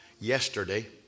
yesterday